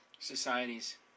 Societies